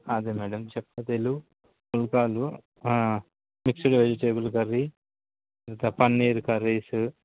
అదే మేడమ్ చెపాతీలు పుల్కాలు మిక్స్డ్ వెజిటేబుల్ కర్రీ ఇంకా పన్నీర్ కర్రీసు